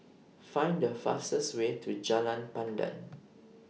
Find The fastest Way to Jalan Pandan